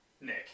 Nick